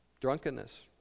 Drunkenness